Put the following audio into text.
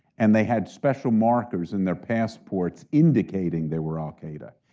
and they had special markers in their passports indicating they were al-qaeda,